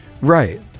Right